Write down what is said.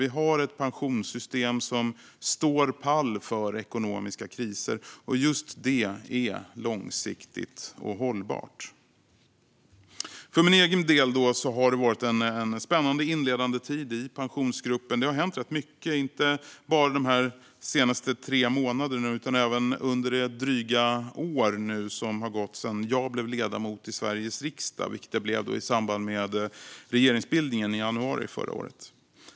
Vi har ett pensionssystem som står pall för ekonomiska kriser, och just det är långsiktigt och hållbart. För egen del har det varit en spännande inledande tid i Pensionsgruppen. Det har hänt rätt mycket, inte bara under de tre senaste månaderna utan även under det dryga år som har gått sedan jag blev ledamot i Sveriges riksdag, vilket jag blev i samband med regeringsbildningen i januari förra året.